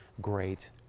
great